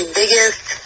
biggest